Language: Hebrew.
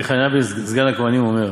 רבי חנינא סגן הכוהנים אומר,